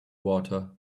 water